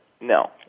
no